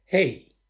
Hey